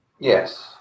Yes